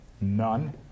none